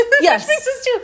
yes